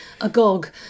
agog